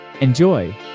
enjoy